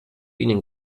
ihnen